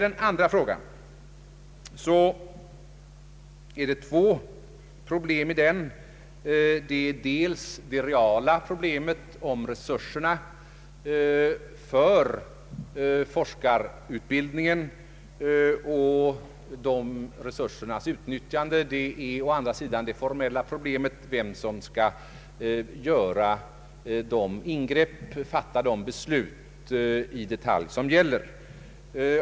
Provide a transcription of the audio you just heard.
Den andra frågan innehåller två problem, å ena sidan det reala problemet om resurserna för forskarutbildningen och de resursernas utnyttjande, å andra sidan det formella problemet om vem som skall göra de ingrepp, fatta de beslut i detalj som erfordras.